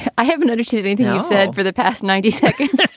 i haven't understood everything i've said for the past ninety seconds